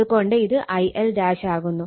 അതുകൊണ്ട് ഇത് ILആകുന്നു